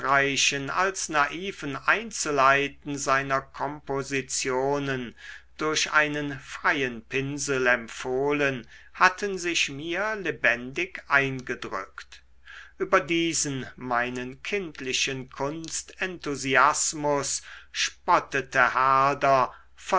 als naiven einzelheiten seiner kompositionen durch einen freien pinsel empfohlen hatten sich mir lebendig eingedrückt über diesen meinen kindlichen kunstenthusiasmus spottete